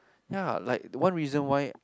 ya like the one reason why